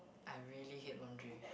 I really hate laundry